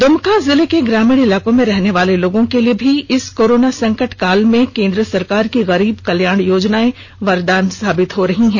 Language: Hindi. दुमका जिले के ग्रामीण इलाकों में रहने वाले लोगों के लिए भी इस कोरोना संकट काल में केंद्र सरकार की गरीब कल्याण योजनाए वरदान साबित हो रही है